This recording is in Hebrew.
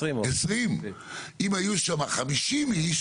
50 איש